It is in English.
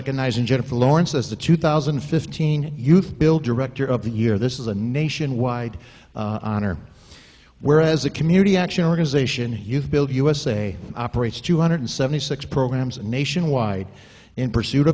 recognizing jennifer lawrence as the two thousand and fifteen youth build director of the year this is a nationwide honor whereas a community action organization youth build usa operates two hundred seventy six programs and nationwide in pursuit